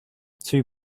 two